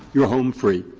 you are home free.